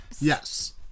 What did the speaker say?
Yes